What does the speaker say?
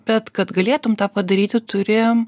bet kad galėtum tą padaryti turi